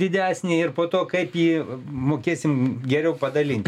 didesnį ir po to kaip jį mokėsim geriau padalint